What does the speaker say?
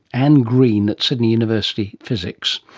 anne green at sydney university, physics.